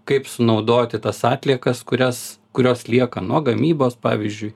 kaip sunaudoti tas atliekas kurias kurios lieka nuo gamybos pavyzdžiui